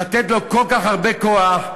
לתת לו כל כך הרבה כוח,